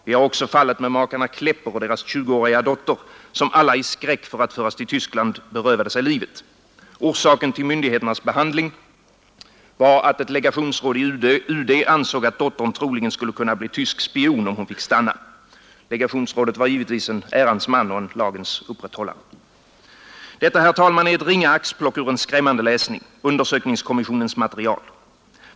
Vi har också fallet med makarna Klepper och deras 20-åriga dotter, som alla i skräck för att föras till Tyskland berövade sig livet. Orsaken till myndigheternas behandling var att ett legationsråd i UD ansåg att dottern troligen skulle kunna bli tysk spion om hon fick stanna. Legationsrådet var givetvis en ärans man och en lagens upprätthållare. Detta, herr talman, är ett ringa axplock ur en skrämmande läsning — undersökningskommissionens material.